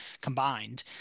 combined